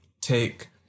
take